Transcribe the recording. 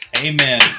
Amen